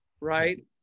Right